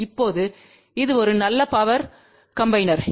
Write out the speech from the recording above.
இப்போது இது ஒரு நல்ல பவர் கம்பினேர்பா